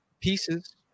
pieces